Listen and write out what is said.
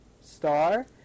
star